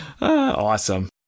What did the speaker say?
Awesome